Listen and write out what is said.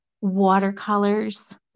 watercolors